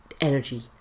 energy